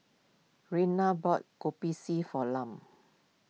Raina bought Kopi C for Lum